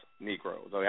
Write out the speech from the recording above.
Negroes